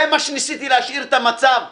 ניסיתי להשאיר את המצב הקיים.